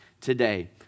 today